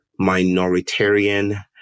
minoritarian